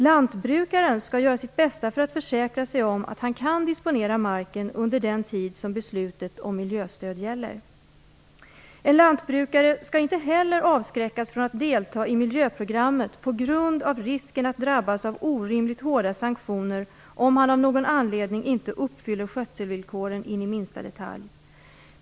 Lantbrukaren skall göra sitt bästa för att försäkra sig om att han kan disponera marken under den tid som beslutet om miljöstöd gäller. En lantbrukare skall inte heller avskräckas från att delta i miljöprogrammet på grund av risken att drabbas av orimligt hårda sanktioner om han av någon anledning inte uppfyller skötselvillkoren in i minsta detalj.